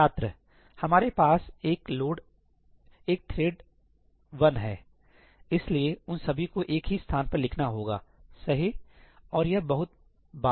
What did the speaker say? छात्र हमारे पास एक लोड एक थ्रेड 1 है इसलिए उन सभी को एक ही स्थान पर लिखना होगा सही और यह बहुत बार